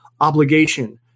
obligation